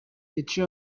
etxe